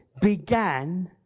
began